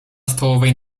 stołowej